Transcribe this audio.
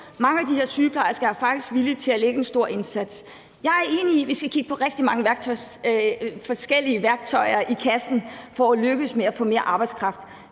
Mange af de her sygeplejersker er faktisk villige til at lægge en stor indsats. Jeg er enig i, at vi skal kigge på rigtig mange forskellige værktøjer i kassen for at lykkes med at få mere arbejdskraft.